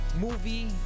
movie